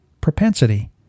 propensity